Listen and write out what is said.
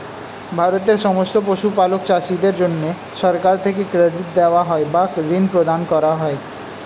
ভারতের সমস্ত পশুপালক চাষীদের জন্যে সরকার থেকে ক্রেডিট দেওয়া হয় বা ঋণ প্রদান করা হয়